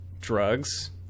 drugs